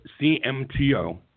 CMTO